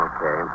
Okay